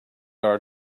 our